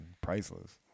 priceless